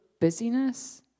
busyness